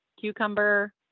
cucumber